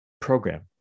program